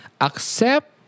Accept